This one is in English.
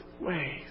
ways